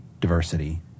diversity